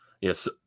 yes